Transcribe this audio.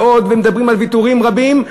ומדברים על עוד ויתורים רבים,